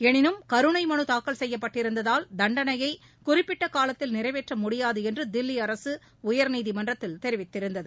எனினும் கருணை மனு தாக்கல் செய்யப்பட்டிருந்ததால் தண்டனையை குறிப பிட்ட காலத்தில் நிறைவேற்ற முடியாது என்று தில்லி அரசு உயர்நீதிமன்றத்தில் தெரிவித்திருந்தது